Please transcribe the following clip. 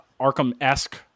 Arkham-esque